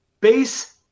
base